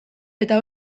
eta